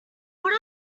what